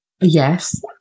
Yes